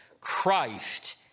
Christ